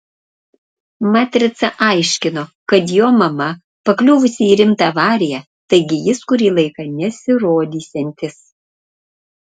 matrica aiškino kad jo mama pakliuvusi į rimtą avariją taigi jis kurį laiką nesirodysiantis